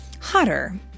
hotter